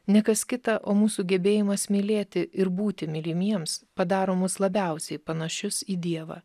ne kas kita o mūsų gebėjimas mylėti ir būti mylimiems padaro mus labiausiai panašius į dievą